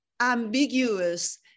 ambiguous